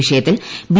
വിഷയത്തിൽ ബി